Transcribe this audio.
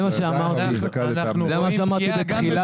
אנחנו כוועדה